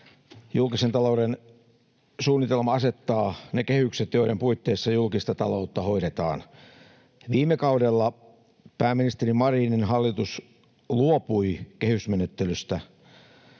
Julkisen talouden suunnitelma asettaa ne kehykset, joiden puitteissa julkista taloutta hoidetaan. Viime kaudella pääministeri Marinin hallitus luopui kehysmenettelystä,